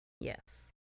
Yes